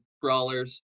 brawlers